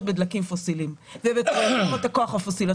בדלקים פוסיליים ובתחנות הכוח הפוסיליות,